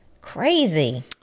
crazy